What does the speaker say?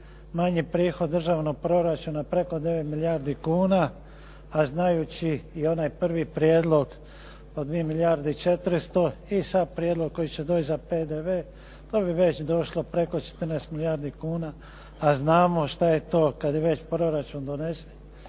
manje prihoda državnog proračuna preko 9 milijardi kuna, a znajući i onaj prvi prijedlog od 2 milijarde i 400 i sad prijedlog koji će doći za PDV to bi već došlo preko 14 milijardi kuna, a znamo šta je to kad je već proračun donesen